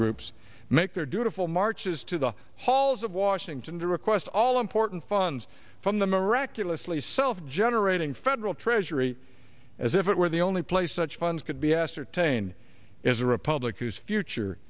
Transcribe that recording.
groups make their due to full marches to the halls of washington to request all important funds from the miraculously self generating federal treasury as if it were the only place such funds could be ascertained is a republican whose future